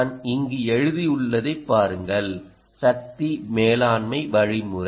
நான் இங்கு எழுதியுள்ளதைப் பாருங்கள் சக்தி மேலாண்மை வழிமுறை